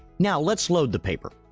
now let's load the paper.